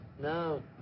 No